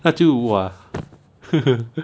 他就哇